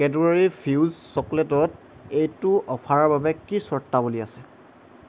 Cadbury Fuse চকলেটত এইটো অফাৰৰ বাবে কি চৰ্তাৱলী আছে